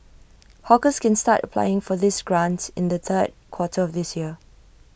hawkers can start applying for this grant in the third quarter of this year